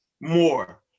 more